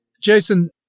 Jason